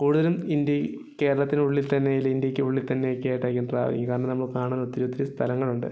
കൂടുതലും ഇന്ത്യ കേരളത്തിനുള്ളിൽ തന്നെ അല്ലേൽ ഇന്ത്യക്ക് ഉള്ള് തന്നെ ഒക്കെ ആയിട്ടായിരിക്കും ട്രാവലിംഗ് കാരണം നമ്മള് കാണാൻ ഒത്തിരി ഒത്തിരി സ്ഥലങ്ങളുണ്ട്